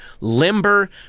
limber